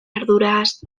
arduraz